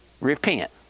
Repent